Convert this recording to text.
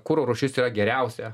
kuro rūšis yra geriausia